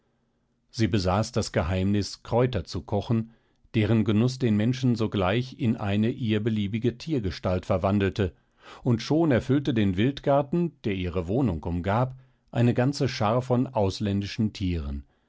sie besaß das geheimnis kräuter zu kochen deren genuß den menschen sogleich in eine ihr beliebige tiergestalt verwandelte und schon erfüllte den wildgarten der ihre wohnung umgab eine ganze schar von ausländischen tieren